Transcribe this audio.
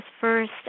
First